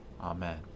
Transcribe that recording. Amen